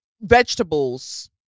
Vegetables